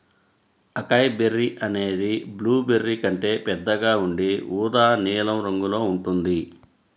acai berry అనేది blueberry కంటే పెద్దగా ఉండి ఊదా నీలం రంగులో ఉంటుంది